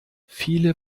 viele